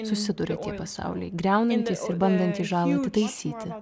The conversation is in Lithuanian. susiduria tie pasauliai griaunantys ir bandantys žalą atitaisyti